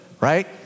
right